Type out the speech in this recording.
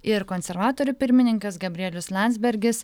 ir konservatorių pirmininkas gabrielius landsbergis